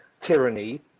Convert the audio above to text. tyranny